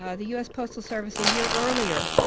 ah the u s. postal service, a year earlier,